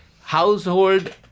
household